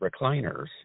recliners